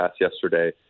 yesterday